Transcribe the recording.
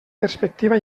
perspectiva